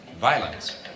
Violence